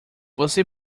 você